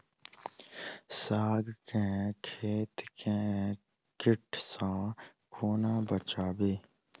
साग केँ खेत केँ कीट सऽ कोना बचाबी?